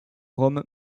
rome